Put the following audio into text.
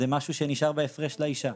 זה משהו שנשאר בהפרש לאישה.